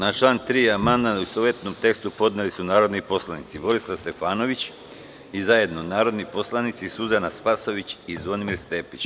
Na član 3. amandman u istovetnom tekstu podneli su narodni poslanici Borislav Stefanović i zajedno narodni poslanici Suzana Spasojević i Zvonimir Stepić.